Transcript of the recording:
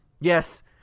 Yes